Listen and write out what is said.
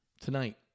Tonight